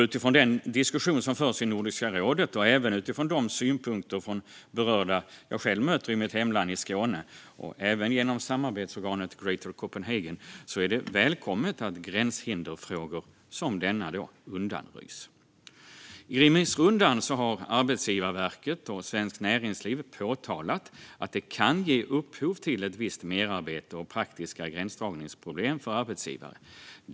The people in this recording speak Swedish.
Utifrån den diskussion som förs i Nordiska rådet och även utifrån de synpunkter från de berörda som jag själv möter i mitt hemlän Skåne, liksom genom samarbetsorganet Greater Copenhagen, är det välkommet att gränshinderfrågor som denna undanröjs. I remissrundan har Arbetsgivarverket och Svenskt Näringsliv påtalat att det kan ge upphov till ett visst merarbete och praktiska gränsdragningsproblem för arbetsgivare.